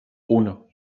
uno